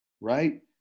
right